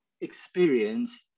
experience